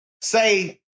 say